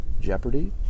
Jeopardy